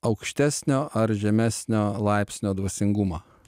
aukštesnio ar žemesnio laipsnio dvasingumą